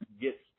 get